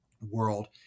world